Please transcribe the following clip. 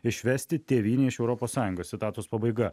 išvesti tėvynę iš europos sąjungos citatos pabaiga